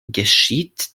geschieht